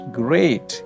great